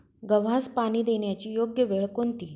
गव्हास पाणी देण्याची योग्य वेळ कोणती?